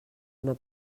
una